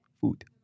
food